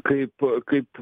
kaip kaip